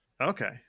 Okay